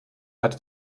hatte